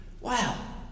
Wow